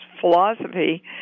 philosophy